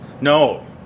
No